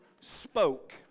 spoke